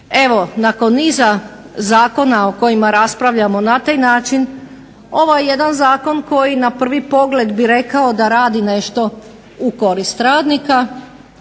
Evo nakon niza zakona o kojima raspravljamo na taj način ovo je jedan zakon koji na prvi pogled bi rekao da radi nešto u korist radnika,